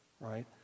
right